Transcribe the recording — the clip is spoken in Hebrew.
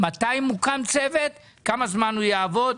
למתי מוקם צוות וכמה זמן הוא יעבוד.